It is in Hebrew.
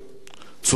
צודקת יותר.